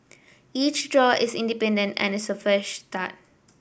each draw is independent and is a fresh start